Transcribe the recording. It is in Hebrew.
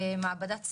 מעבדת סמים.